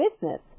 business